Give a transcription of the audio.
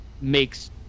makes